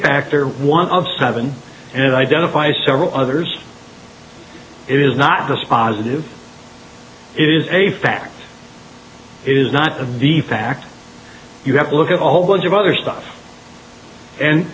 factor one of seven and identify several others it is not dispositive it is a fact it is not a v a fact you have to look at a whole bunch of other stuff and